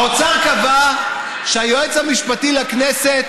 האוצר קבע שהיועץ המשפטי לכנסת,